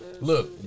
Look